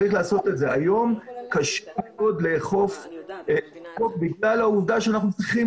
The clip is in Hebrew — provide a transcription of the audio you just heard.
היום קשה מאוד לאכוף את החוק בגלל העובדה שאנחנו צריכים